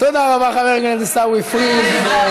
תודה רבה, חבר הכנסת עיסאווי פריג'.